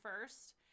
first